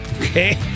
Okay